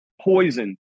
poison